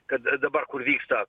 kad dabar kur vyksta